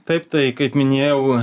taip tai kaip minėjau